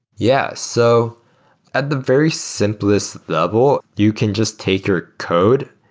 yeah. so at the very simplest level, you can just take your code,